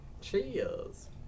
Cheers